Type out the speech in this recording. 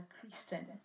Christian